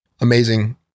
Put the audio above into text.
amazing